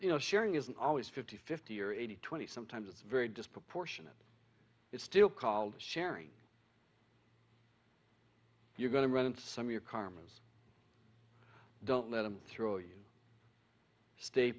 you know sharing isn't always fifty fifty or eighty twenty sometimes it's very disproportionate it's still called sharing you're going to run into some of your karmas don't let them throw you stay